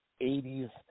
80s